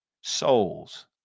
souls